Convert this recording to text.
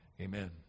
Amen